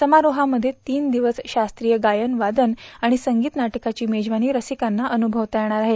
समारोझमध्ये तीन दिवस शास्त्रीय गायन वादन आणि संगीत नाटकाची मेजवानी रसिकांना अनुभवता येणार आहे